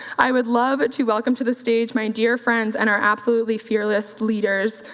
i would love to welcome to the stage, my dear friends and our absolutely fearless leaders,